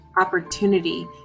opportunity